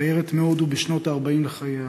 תיירת מהודו בשנות ה-40 לחייה,